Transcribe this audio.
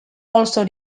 also